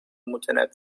متنوع